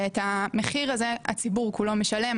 ואת המחיר הזה הציבור כולו משלם,